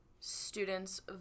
students